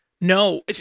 no